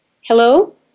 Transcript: Hello